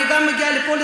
אבל היא גם מגיעה לפה,